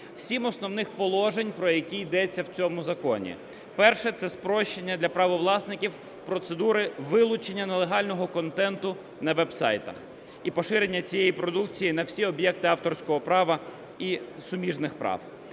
Сім основних положень, про які йдеться в цьому законі. Перше. Це спрощення для правовласників процедури вилучення нелегального контенту на вебсайтах і поширення цієї продукції на всі об'єкти авторського права і суміжних прав.